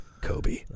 Kobe